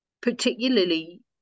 particularly